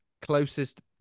closest